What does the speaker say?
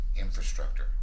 infrastructure